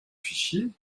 fichier